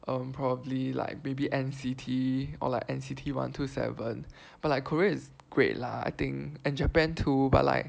um probably like maybe N_C_T or like N_C_T one two seven but like Korea is great lah I think and Japan too but like